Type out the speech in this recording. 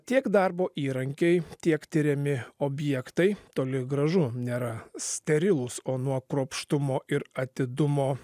tiek darbo įrankiai tiek tiriami objektai toli gražu nėra sterilūs o nuo kruopštumo ir atidumo